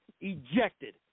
ejected